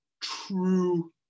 true